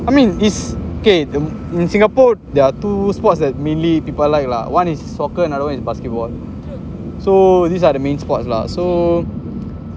I mean is okay they in singapore there are two sports that mainly people like lah one is soccer another one is basketball so these are the main sports lah so